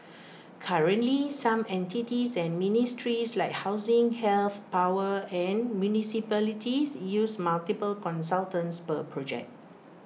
currently some entities and ministries like housing health power and municipalities use multiple consultants per project